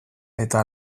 eta